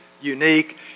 Unique